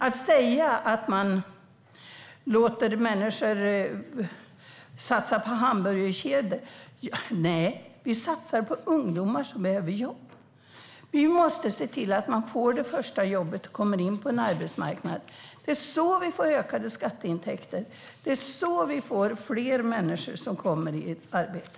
Det sägs att man satsar på hamburgerkedjor. Nej, vi satsar på ungdomar som behöver jobb. Vi måste se till att de får det första jobbet och kommer in på en arbetsmarknad. Det är så vi får ökade skatteintäkter. Det är så vi får fler människor i arbete.